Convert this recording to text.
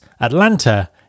Atlanta